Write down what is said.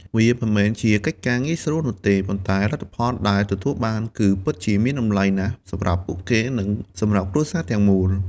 វាមិនមែនជាកិច្ចការងាយស្រួលនោះទេ ប៉ុន្តែលទ្ធផលដែលទទួលបានគឺពិតជាមានតម្លៃណាស់សម្រាប់ពួកគេ និងសម្រាប់គ្រួសារទាំងមូល ។